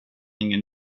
ingen